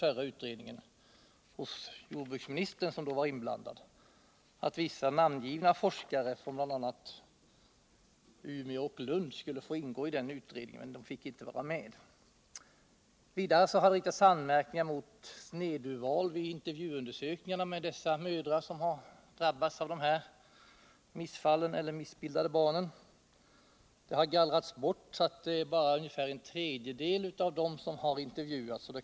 Man hade hos jordbruksministern, som då var inblandad, begärt att vissa namngivna forskare från bl.a. Umeå och Lund skulle få ingå i den förra utredningen. men dessa fick inte vara med. För det andra har riktats anmärkningar mot snedurvalet vid intervjuundersökningarna av de mödrar som drabbats av missfall eller som fött missbildade barn. Dessa mödrar har i stor utsträckning gallrats bort: bara ungefär en tredjedel av dessa har intervjuats.